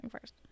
first